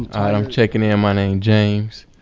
i'm checking in. my name's james.